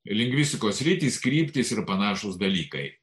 lingvistikos sritys kryptys ir panašūs dalykai